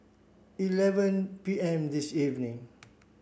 eleven P M this evening